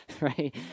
right